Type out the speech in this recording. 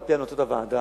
על-פי המלצות הוועדה.